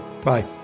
Bye